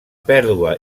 pèrdua